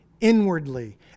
inwardly